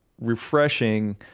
refreshing